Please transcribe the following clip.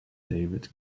david